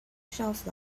shelf